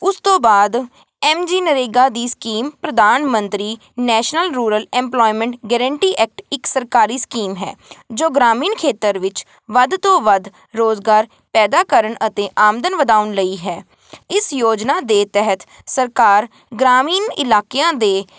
ਉਸ ਤੋਂ ਬਾਅਦ ਐੱਮ ਜੀ ਨਰੇਗਾ ਦੀ ਸਕੀਮ ਪ੍ਰਧਾਨ ਮੰਤਰੀ national rural employment guarantee act ਇੱਕ ਸਰਕਾਰੀ ਸਕੀਮ ਹੈ ਜੋ ਗ੍ਰਾਮੀਣ ਖੇਤਰ ਵਿੱਚ ਵੱਧ ਤੋਂ ਵੱਧ ਰੁਜ਼ਗਾਰ ਪੈਦਾ ਕਰਨ ਅਤੇ ਆਮਦਨ ਵਧਾਉਣ ਲਈ ਹੈ ਇਸ ਯੋਜਨਾ ਦੇ ਤਹਿਤ ਸਰਕਾਰ ਗ੍ਰਾਮੀਣ ਇਲਾਕਿਆਂ ਦੇ